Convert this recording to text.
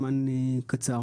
בזמן קצר.